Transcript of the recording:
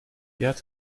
gerd